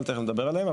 תיכף נדבר עליהם,